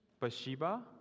Bathsheba